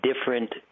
different